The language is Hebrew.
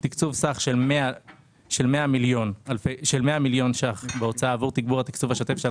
תקצוב סך של 100 מיליון ש"ח בהוצאה עבור תגבור התקצוב השוטף של